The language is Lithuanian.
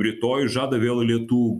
rytoj žada vėl lietų